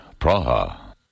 Praha